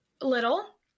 little